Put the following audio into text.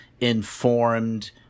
informed